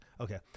Okay